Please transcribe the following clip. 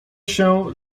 się